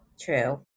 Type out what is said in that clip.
true